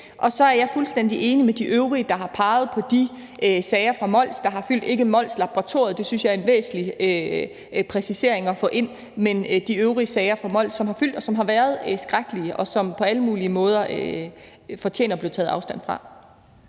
Og så er jeg fuldstændig enig med de øvrige, der har peget på de sager fra Mols, der har fyldt, ikke sager fra Molslaboratoriet – det synes jeg er en væsentlig præcisering at få ind – men de øvrige sager fra Mols, som har fyldt, og som har været skrækkelige, og som på alle mulige måder fortjener at blive taget afstand fra.